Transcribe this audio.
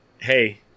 Hey